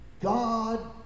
God